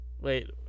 Wait